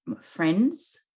friends